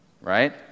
Right